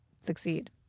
succeed